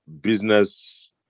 business